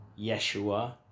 Yeshua